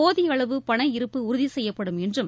போதிய அளவு பண இருப்பு உறுதி செய்யப்படும் என்றும்